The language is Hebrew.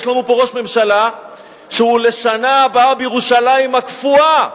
יש לנו פה ראש ממשלה שהוא לשנה הבאה בירושלים הקפואה.